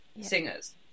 singers